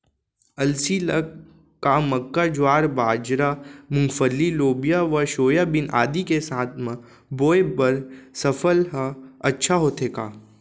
अलसी ल का मक्का, ज्वार, बाजरा, मूंगफली, लोबिया व सोयाबीन आदि के साथ म बोये बर सफल ह अच्छा होथे का?